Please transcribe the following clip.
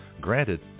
Granted